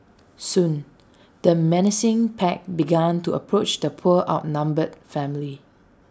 soon the menacing pack began to approach the poor outnumbered family